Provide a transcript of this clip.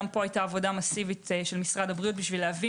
גם פה היתה עבודה מסיבית של משרד הבריאות כדי להביא